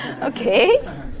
Okay